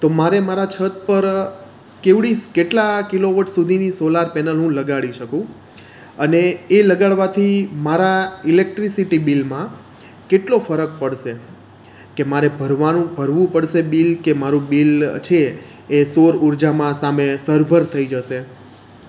તો મારે મારા છત પર કેવડી કેટલા કિલો વોટ સુધીની સોલાર પેનલ હું લગાવી શકું અને એ લગાડવાથી મારા ઈલેક્ટ્રિસિટી બિલમાં કેટલો ફરક પડશે કે મારે ભરવાનું ભરવું પડશે બિલ કે મારું બિલ છે એ સૌર ઉર્જામાં સામે સરભર થઈ જશે